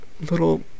little